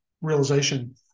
realization